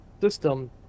system